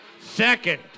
Second